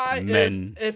men